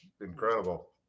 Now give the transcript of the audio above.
incredible